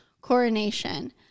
coronation